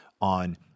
on